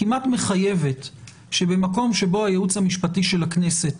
כמעט מחייבת שבמקום שבו הייעוץ המשפטי של הכנסת